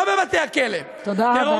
לא בבתי-הכלא תודה רבה.